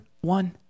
one